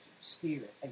spirit